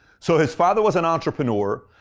so his father was an entrepreneur,